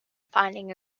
finding